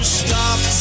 stop